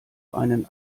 einen